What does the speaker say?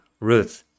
Ruth